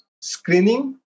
screening